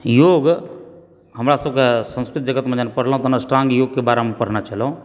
योग हमरा सभकेँ संस्कृत जगतमे जेन पढ़लहुॅं तऽ अस्टाङ्ग योगके बारेमे पढ़ने छलहुॅं